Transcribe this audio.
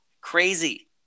crazy